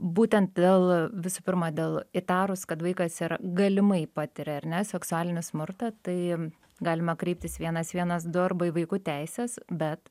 būtent dėl visų pirma dėl įtarus kad vaikas ir galimai patiria ar ne seksualinį smurtą tai galima kreiptis vienas vienas du arba į vaikų teises bet